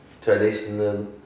traditional